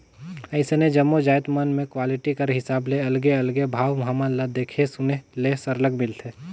अइसने जम्मो जाएत मन में क्वालिटी कर हिसाब ले अलगे अलगे भाव हमन ल देखे सुने ले सरलग मिलथे